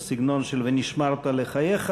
בסגנון של "ונשמרת לחייך",